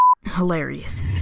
hilarious